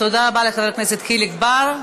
תודה רבה לחבר הכנסת חיליק בר.